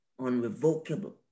unrevocable